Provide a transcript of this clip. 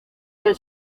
del